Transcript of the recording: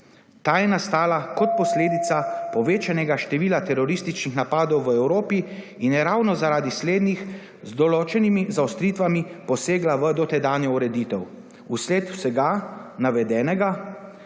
Ta je nastala kot posledica povečanega števila terorističnih napadov v Evropi in je ravno zaradi slednjih z določenimi zaostritvami posegla v dotedanjo ureditev. Vsled vsega navedenega,